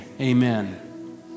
Amen